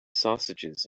sausages